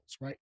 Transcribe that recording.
right